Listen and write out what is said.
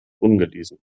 ungelesen